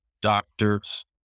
doctors